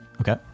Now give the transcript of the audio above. Okay